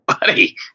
Buddy